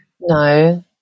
No